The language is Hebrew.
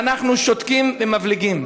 ואנחנו שותקים ומבליגים.